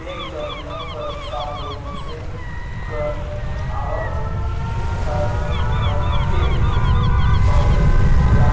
bank कर नियम कर हिसाब ले मइनसे कर आवक हर रहथे तबे ओला